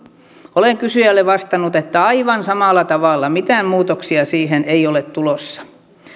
olen kysyjälle vastannut että aivan samalla tavalla mitään muutoksia siihen ei ole tulossa